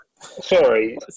Sorry